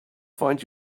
find